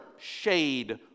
shade